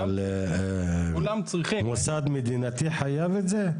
אבל מוסד מדינתי חייב את זה?